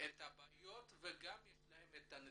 את הבעיות ושיש להם גם את הנתונים.